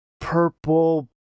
purple